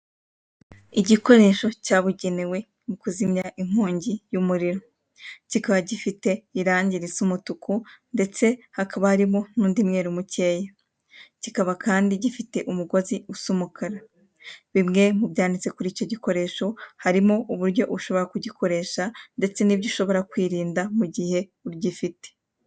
Igikoresho cyabugenewe mu kuzimya inkongo y'umuriro. Kikaba gifite irangi risa umutuku ndetse hakaba harimo n'undi mweru mukeya. Kikaba kandi gifite umugozi usa umukara. Bimwe mu byanditse kuri icyo gikoresho, harimo uburyo ushobora kugikoresha, ndetse n'ibyo kwirinda mugihe ugifite.